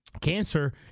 cancer